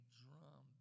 drum